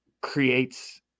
creates